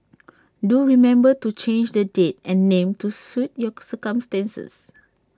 do remember to change the date and name to suit your circumstances